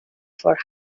for